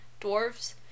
dwarves